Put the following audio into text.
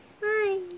Bye